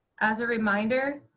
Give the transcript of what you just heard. as a reminder,